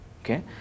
Okay